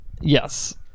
Yes